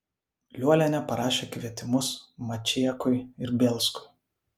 liuolienė parašė kvietimus mačiekui ir bielskui